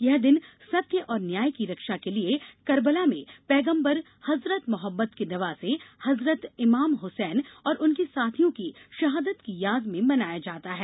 यह दिन सत्य और न्याय की रक्षा के लिये करबला में पैगम्बर हजरत मोहम्मद के नवासे हजरत इमाम हुसैन और उनके साथियों की शहादत की याद में मनाया जाता है